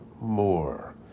more